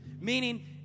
meaning